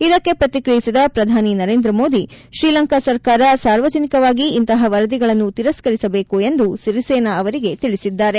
ಇದಕ್ಕೆ ಪ್ರತಿಕ್ರಿಯಿಸಿದ ಪ್ರಧಾನಿ ನರೇಂದ್ರ ಮೋದಿ ಶ್ರೀಲಂಕಾ ಸರ್ಕಾರ ಸಾರ್ವಜನಿಕವಾಗಿ ಇಂತಹ ವರದಿಗಳನ್ನು ತಿರಸ್ಕರಿಸಬೇಕು ಎಂದು ಸಿರಿಸೇನಾ ಅವರಿಗೆ ತಿಳಿಸಿದ್ದಾರೆ